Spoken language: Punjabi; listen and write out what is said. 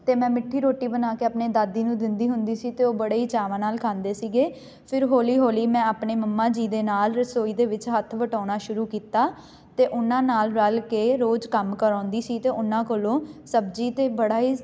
ਅਤੇ ਮੈਂ ਮਿੱਠੀ ਰੋਟੀ ਬਣਾ ਕੇ ਆਪਣੇ ਦਾਦੀ ਨੂੰ ਦਿੰਦੀ ਹੁੰਦੀ ਸੀ ਅਤੇ ਉਹ ਬੜੇ ਹੀ ਚਾਵਾਂ ਨਾਲ ਖਾਂਦੇ ਸੀਗੇ ਫਿਰ ਹੌਲੀ ਹੌਲੀ ਮੈਂ ਆਪਣੇ ਮੰਮਾ ਜੀ ਦੇ ਨਾਲ ਰਸੋਈ ਦੇ ਵਿੱਚ ਹੱਥ ਵਟਾਉਣਾ ਸ਼ੁਰੂ ਕੀਤਾ ਅਤੇ ਉਹਨਾਂ ਨਾਲ ਰਲ ਕੇ ਰੋਜ਼ ਕੰਮ ਕਰਾਉਂਦੀ ਸੀ ਅਤੇ ਉਹਨਾਂ ਕੋਲੋਂ ਸਬਜ਼ੀ ਅਤੇ ਬੜਾ ਹੀ